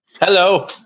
Hello